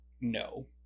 no